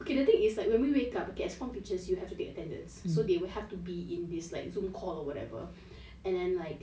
okay the thing is like when we wake up as a form teachers you have to take attendance so they will have to be in this like zoom call or whatever and then like